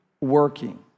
working